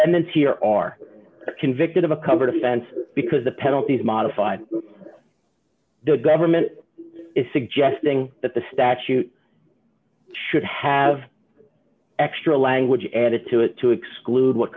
and this here are convicted of a cover offense because the penalties modify d the government is suggesting that the statute should have extra language added to it to exclude what